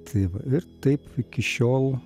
tai va ir taip iki šiol